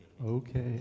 Okay